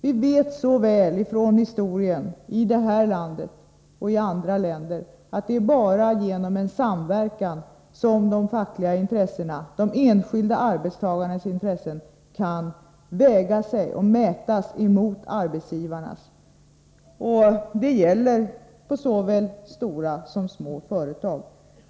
Vi vet ifrån historien i detta land och i andra länder att det bara är genom samverkan som de fackliga intressena, de enskilda arbetstagarnas intressen, kan hävda sig mot arbetsgivarnas intressen. Det gäller på såväl stora som små företag.